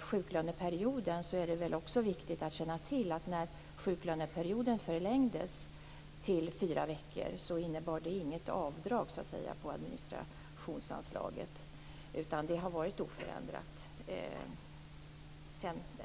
sjuklöneperioden vill jag säga att det också är viktigt att känna till att när sjuklöneperioden förlängdes till fyra veckor innebar det inget avdrag på administrationsanslaget. Det har varit oförändrat sedan dess.